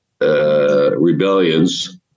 Rebellions